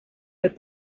that